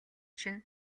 чинь